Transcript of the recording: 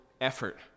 effort